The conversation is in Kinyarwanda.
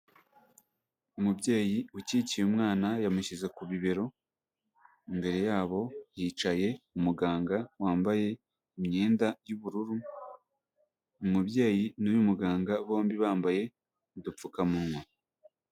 Umubyeyi ukikiye umwana yamushyize ku bibero, imbere yabo hicaye umuganga wambaye imyenda y'ubururu, umubyeyi n'uyu muganga bombi bambaye udupfukamunwa.